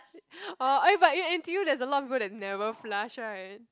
orh ah but you N_T_U there's a lot of people that never flush right